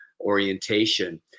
orientation